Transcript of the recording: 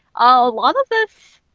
oh a lot of them.